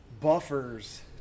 buffers